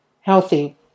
healthy